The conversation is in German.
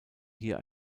hier